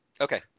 Okay